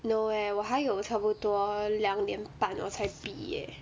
no eh 我还有差不多两年半我才毕业